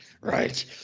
right